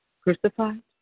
crucified